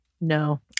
No